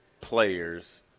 players